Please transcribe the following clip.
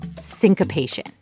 syncopation